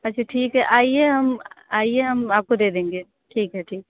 अच्छा ठीक है आइए हम आइए हम आपको दे देंगे ठीक है ठीक